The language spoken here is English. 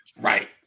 Right